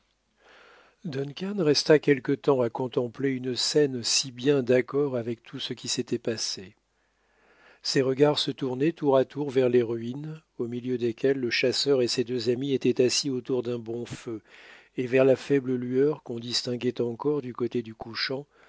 frappés duncan resta quelque temps à contempler une scène si bien d'accord avec tout ce qui s'était passé ses regards se tournaient tour à tour vers les ruines au milieu desquelles le chasseur et ses deux amis étaient assis autour d'un bon feu et vers la faible lueur qu'on distinguait encore du côté du couchant